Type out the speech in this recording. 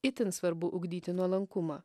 itin svarbu ugdyti nuolankumą